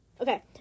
Okay